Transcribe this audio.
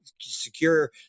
secure